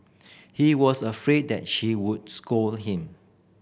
he was afraid that she would scold him